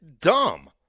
dumb